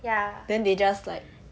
then they just like